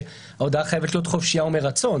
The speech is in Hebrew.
שאומרת שההודאה חייבת להיות חופשייה ומרצון.